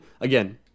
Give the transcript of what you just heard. again